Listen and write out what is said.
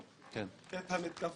יושבים איתם לכוס